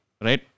Right